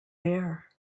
bare